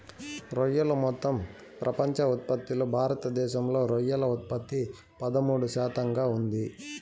రొయ్యలు మొత్తం ప్రపంచ ఉత్పత్తిలో భారతదేశంలో రొయ్యల ఉత్పత్తి పదమూడు శాతంగా ఉంది